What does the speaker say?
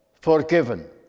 forgiven